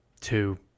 two